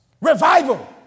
Revival